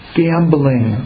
gambling